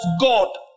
God